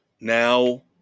now